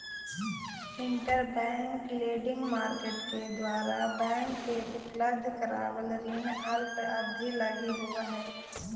interbank lending market के द्वारा bank के उपलब्ध करावल ऋण अल्प अवधि लगी होवऽ हइ